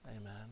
Amen